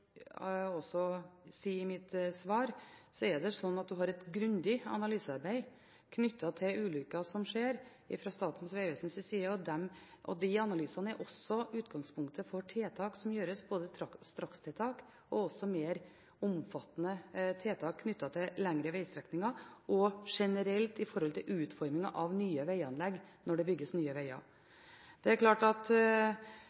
si i mitt svar, er det i Statens vegvesen et grundig analysearbeid knyttet til ulykker som skjer, og disse analysene er utgangspunktet for tiltak som gjøres, både strakstiltak og mer omfattende tiltak knyttet til lengre vegstrekninger og generelt i forbindelse med utforming av nye veganlegg når det bygges nye